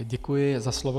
Děkuji za slovo.